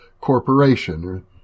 Corporation